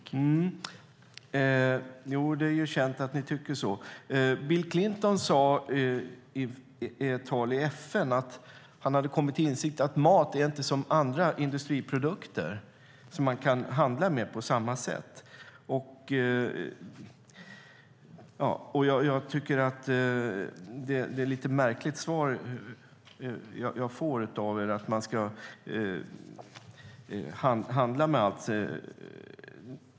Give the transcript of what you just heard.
Fru talman! Ja, det är ju känt att Moderaterna tycker så. Bill Clinton sade i ett tal i FN att han hade kommit till insikt om att mat inte är som andra industriprodukter och inte går att handla med på samma sätt. Jag tycker att det är ett lite märkligt svar jag får, att man ska handla med allt.